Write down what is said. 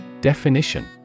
Definition